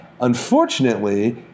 Unfortunately